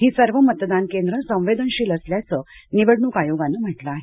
ही सर्व मतदान केंद्र संवेदनशील असल्याचं निवडणूक आयोगानं म्हटलं आहे